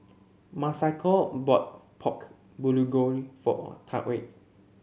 Masako bought Pork Bulgogi for Tarik